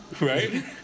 right